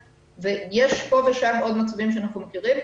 ויש פה ושם עוד מקרים שאנחנו מכירים.